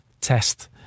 test